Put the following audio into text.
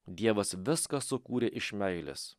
dievas viską sukūrė iš meilės